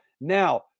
Now